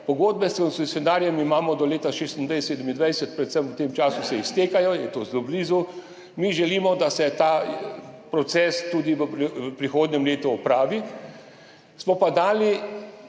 pogodbe s koncesionarjem imamo do leta 2026, 2027, predvsem v tem času se iztekajo, to je zelo blizu. Mi želimo, da se ta proces tudi v prihodnjem letu opravi, smo pa dali